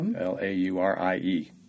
L-A-U-R-I-E